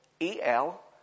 E-L